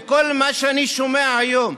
וכל מה שאני שומע היום,